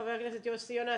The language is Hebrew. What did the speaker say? חבר הכנסת יוסי יונה,